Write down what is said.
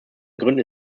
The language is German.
gründen